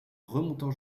remontant